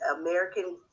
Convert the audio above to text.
American